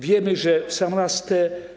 Wiemy, że w sam raz te.